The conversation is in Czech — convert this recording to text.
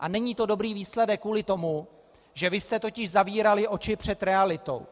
A není to dobrý výsledek kvůli tomu, že vy jste totiž zavírali oči před realitou.